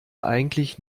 eigentlich